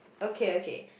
okay okay